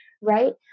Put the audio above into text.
right